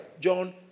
John